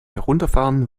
herunterfahren